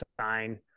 sign